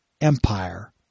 empire